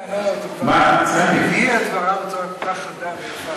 עם הרב קרליץ?